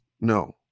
no